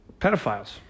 Pedophiles